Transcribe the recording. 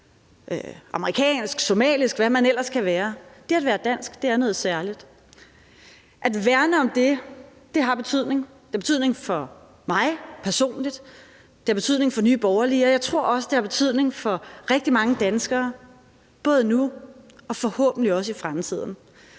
amerikansk, somalisk, og hvad man ellers kan være. Det at være dansk er noget særligt. At værne om det har betydning – det har betydning for mig personligt, det har betydning for Nye Borgerlige, og jeg tror også, det har betydning for rigtig mange danskere, både nu og forhåbentlig også i fremtiden.